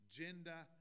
gender